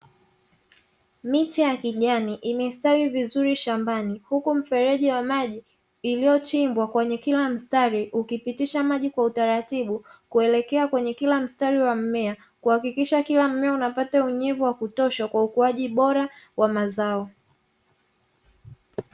Miche ya kijani imestawi vizuri shambani huku mfereji wa maji iliyochimbwa kwenye kila mstari ukipitisha maji kwa utaratibu, kuelekea kwenye kila mstari wa mmea, kuhakikisha kila mmea unapata unyevu wa kutosha kwa ukuaji bora wa mazao.